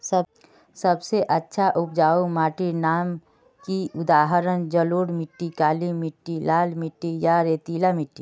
सबसे अच्छा उपजाऊ माटिर नाम की उदाहरण जलोढ़ मिट्टी, काली मिटटी, लाल मिटटी या रेतीला मिट्टी?